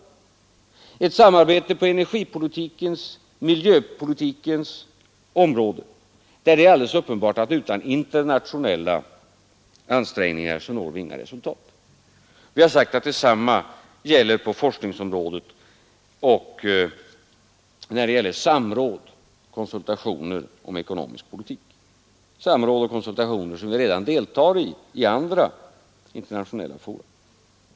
Det gäller också ett vidare samarbete på energipolitikens och miljöpolitikens områden, där det är alldeles uppenbart att vi inte når några resultat utan internationella ansträngningar. Vi har sagt att detsamma gäller på forskningens område och i fråga om samråd och konsultationer om ekonomisk politik — sådana samråd och konsultationer deltar vi redan i vid andra internationella fora.